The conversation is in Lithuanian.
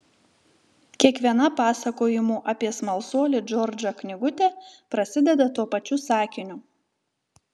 kiekviena pasakojimų apie smalsuolį džordžą knygutė prasideda tuo pačiu sakiniu